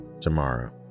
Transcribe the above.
tomorrow